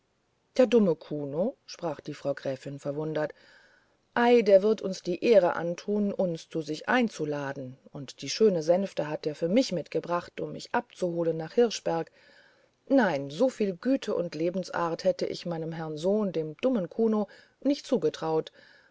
der dumme kuno sprach die frau gräfin verwundert ei der wird uns die ehre antun uns zu sich einzuladen und die schöne sänfte hat er für mich mitgebracht um mich abzuholen nach hirschberg nein so viel güte und lebensart hätte ich meinem herrn sohn dem dummen kuno nicht zugetraut